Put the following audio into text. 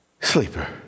sleeper